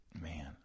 Man